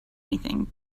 anything